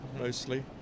mostly